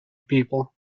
people